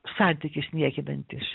santykis niekinantis